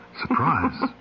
Surprise